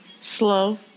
Slow